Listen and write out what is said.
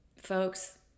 folks